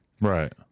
Right